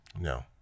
No